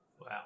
Wow